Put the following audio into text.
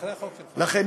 לכן,